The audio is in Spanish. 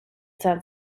san